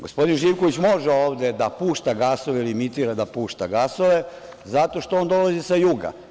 Gospodin Živković može ovde da pušta gasove ili imitira da pušta gasove, zato što on dolazi sa juga.